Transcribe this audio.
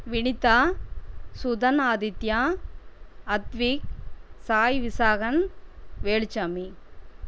Vinitha Suthan Aadhithya Advik Sai Visakan Velu Sami